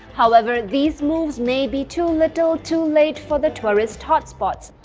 however, these moves may be too little, too late, for the tourist hotspots.